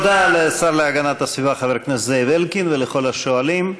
תודה לשר להגנת הסביבה חבר הכנסת זאב אלקין ולכל השואלים.